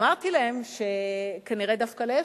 אמרתי להם שכנראה דווקא להיפך,